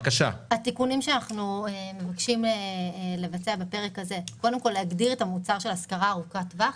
אנחנו רוצים להגדיר את המוצר של השכרה ארוכת טווח.